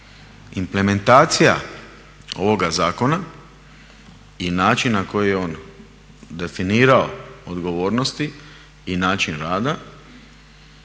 Implementacija ovoga zakona i način na koji je on definirao odgovornosti i način rada